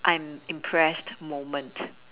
I'm impressed moment